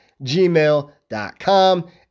gmail.com